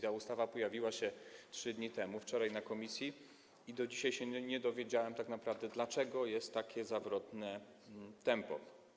Ta ustawa pojawiła się 3 dni temu, wczoraj - w komisji i do dzisiaj się nie dowiedziałem tak naprawdę, dlaczego zostało przyjęte takie zawrotne tempo.